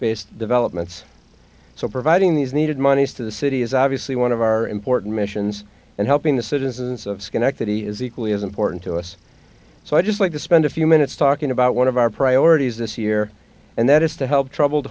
based developments so providing these needed monies to the city is obviously one of our important missions and helping the citizens of schenectady is equally as important to us so i'd just like to spend a few minutes talking about one of our priorities this year and that is to help troubled